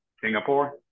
Singapore